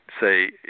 say